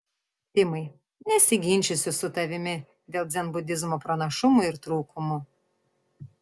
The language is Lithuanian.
timai nesiginčysiu su tavimi dėl dzenbudizmo pranašumų ir trūkumų